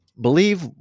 believe